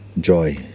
joy